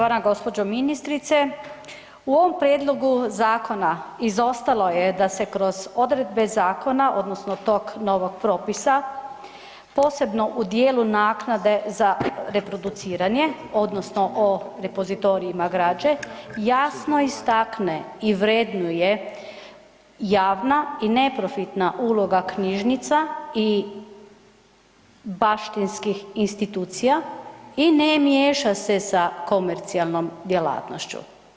Poštovana gđo. ministrice, u ovom prijedlogu zakona izostalo je da se kroz odredbe zakona odnosno od tog novog propisa, posebno u djelu naknadu za reproduciranje odnosno o repozitorijima građe, jasno istakne i vrednuje javne i neprofitna uloga knjižnica i baštinskih institucija i ne miješa se sa komercijalnom djelatnošću.